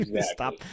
stop